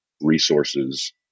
resources